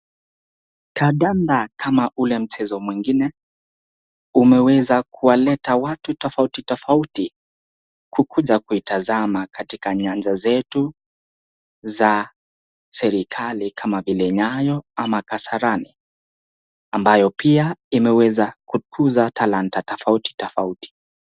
Kandanda kama ule mchezo mwingine, umeweza kuwaleta watu tofauti tofauti kukuja kuitazama katika nyanja zetu za serikali kama vile nyayo ama kasarani, ambayo pia imeweza kukuza talanta tofauti tofauti.